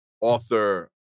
author